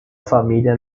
família